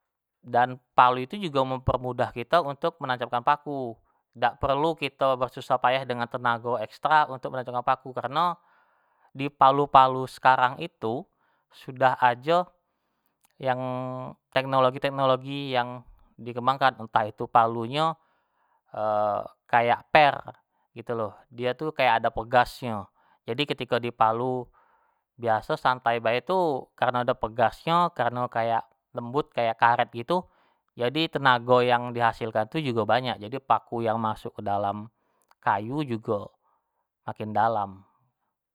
Dan palu tu jugo mempermudahkan kito untuk menancapkan paku, dak perlu kito bersusah payah dengfan tenago extra untuk menancapkan paku. kareno di palu-palu sekarang itu, sudah ado yang teknologi-teknologi yang dikembangkan. entah itu palunyo kayak per gitu lo, dio itu kayak ado pegas nyo, jadi ketiko dipalu biaso santai bae tu kareno do pegasnyo, kareno kayak lembut, kayak ado karet gitu, tenago yang dihasilkan itu jugo banyak jadi paku yang masuk kedalam kayu jugo makin dalam